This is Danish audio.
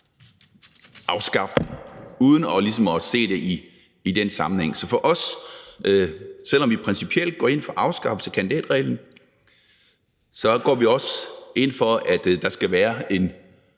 afskaffe den. Så selv om vi principielt går ind for afskaffelse af kandidatreglen, går vi også ind for, at der skal være en